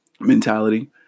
mentality